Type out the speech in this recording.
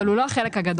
אבל הוא לא החלק הגדול.